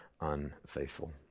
unfaithful